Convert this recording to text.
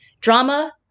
Drama